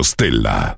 Stella